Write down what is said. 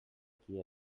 qui